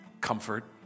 Comfort